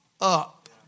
up